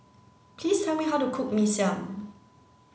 please tell me how to cook Mee Siam